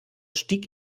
stieg